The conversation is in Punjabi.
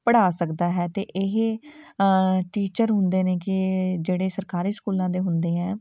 ਪੜ੍ਹਾ ਸਕਦਾ ਹੈ ਅਤੇ ਇਹ ਟੀਚਰ ਹੁੰਦੇ ਨੇ ਕਿ ਜਿਹੜੇ ਸਰਕਾਰੀ ਸਕੂਲਾਂ ਦੇ ਹੁੰਦੇ ਹੈ